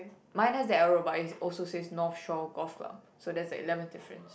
mine has the arrow but it also says North Shore Golf Club so that's the eleventh difference